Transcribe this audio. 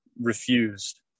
refused